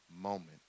moment